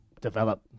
develop